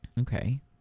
Okay